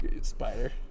spider